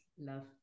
love